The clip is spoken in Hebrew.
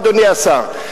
אדוני השר.